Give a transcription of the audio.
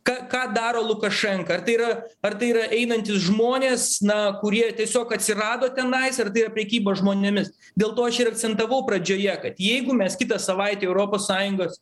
ką ką daro lukašenka ar tai yra ar tai yra einantys žmonės na kurie tiesiog atsirado tenais ar tai yra prekyba žmonėmis dėl to aš ir akcentavau pradžioje kad jeigu mes kitą savaitę europos sąjungos